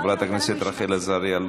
חברת הכנסת רחל עזריה,